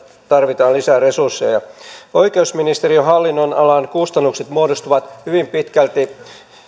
tarvitaan lisää resursseja oikeusministeriön hallinnonalan kustannukset muodostuvat hyvin pitkälti